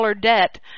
debt